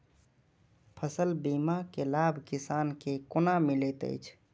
फसल बीमा के लाभ किसान के कोना मिलेत अछि?